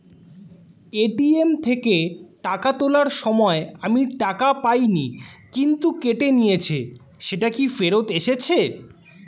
ATM থেকে টাকা তোলার সময় আমি টাকা পাইনি কিন্তু কেটে নিয়েছে সেটা কি ফেরত এসেছে?